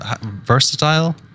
versatile